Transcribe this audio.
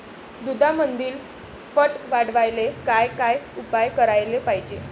दुधामंदील फॅट वाढवायले काय काय उपाय करायले पाहिजे?